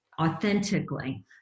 authentically